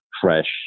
fresh